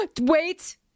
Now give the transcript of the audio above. Wait